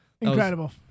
incredible